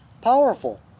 powerful